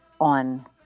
on